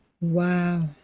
Wow